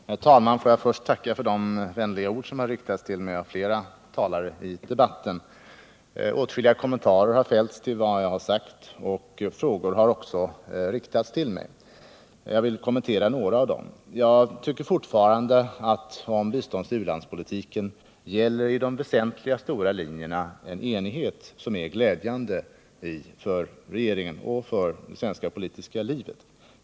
Herr talman! Får jag först tacka för de vänliga ord som har riktats till mig av flera talare i debatten. Åtskilliga kommentarer har fällts till vad jag har sagt, och en del frågor har också riktats till mig. Jag vill kommentera några av dem. Jag tycker fortfarande att i biståndsoch u-landspolitiken råder i de väsentliga stora linjerna en enighet som är glädjande för regeringen och för det svenska politiska livet.